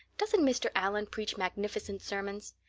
doesn't mr. allan preach magnificent sermons?